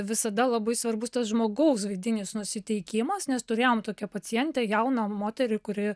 visada labai svarbus tas žmogaus vidinis nusiteikimas nes turėjom tokią pacientę jauną moterį kuri